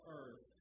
earth